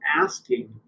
asking